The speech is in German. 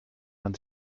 man